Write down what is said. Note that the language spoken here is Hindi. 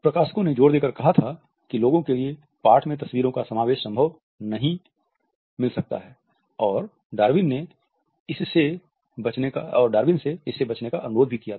प्रकाशकों ने जोर देकर कहा था कि लोगों के लिए पाठ में तस्वीरों का समावेश संभावतः नहीं मिल सकता है और डार्विन से इससे बचने का अनुरोध किया था